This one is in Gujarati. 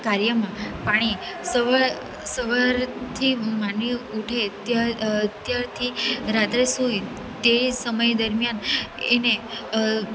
કાર્યમાં પાણી સવારથી માનવી ઉઠે ત્યારથી રાત્રે સૂવે તે સમય દરમિયાન એને